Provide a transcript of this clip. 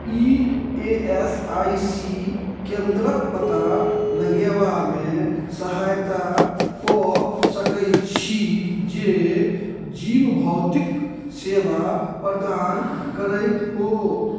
E A S I C केन्द्रक पता लगयबामे सहायता कऽ सकय छी जे जीव भौतिक सेवा प्रदान करैत हो